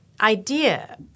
Idea